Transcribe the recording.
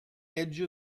edge